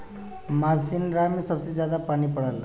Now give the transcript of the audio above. मासिनराम में सबसे जादा पानी पड़ला